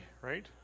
right